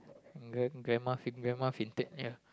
grandma faint grandma fainted ya